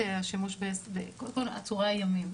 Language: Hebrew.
קודם כל עצורי הימים.